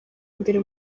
mbere